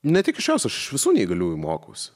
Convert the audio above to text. ne tik iš jos aš iš visų neįgaliųjų mokausi